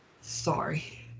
Sorry